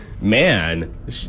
Man